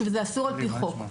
ושזה אסור על פי חוק.